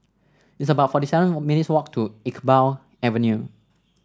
it's about forty seven minutes' walk to Iqbal Avenue